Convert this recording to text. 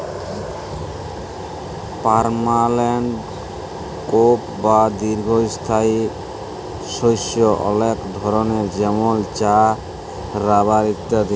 permanent crop বা দীঘ্ঘস্থায়ী শস্য অলেক ধরলের যেমল চাঁ, রাবার ইত্যাদি